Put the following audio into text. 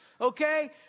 okay